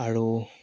আৰু